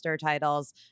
titles